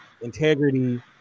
integrity